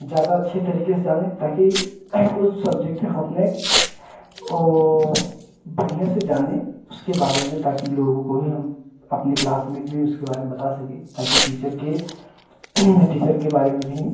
ज़्यादा अच्छे तरीके से जाने ताकि उस सब्जेक्ट में हम अपने ओ बढ़िया से जाने उसके बारे में ताकि लोगों को भी हम अपने क्लासमेट में ही उसके बारे में बता सके ताकि टीचर के टीचर के बारे में भी